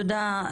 תודה,